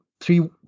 three